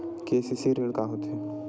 KCC ऋण का होथे?